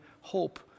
hope